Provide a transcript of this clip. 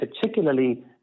particularly